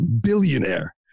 billionaire